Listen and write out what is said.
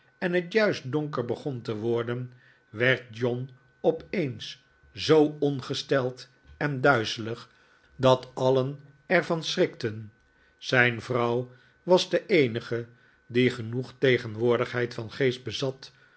en het juist donker begon te worden werd john op eens zoo ongesteld en duizelig dat alien er van schrikten zijn vrouw was de eenige die genoeg tegenwoordigheid van geest bezat